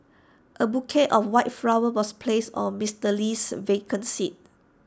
A bouquet of white flowers was placed on Mister Lee's vacant seat